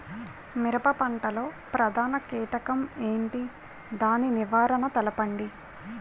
మిరప పంట లో ప్రధాన కీటకం ఏంటి? దాని నివారణ తెలపండి?